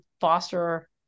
foster